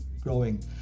growing